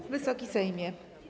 Wysoki Sejmie!